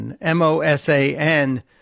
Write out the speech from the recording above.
M-O-S-A-N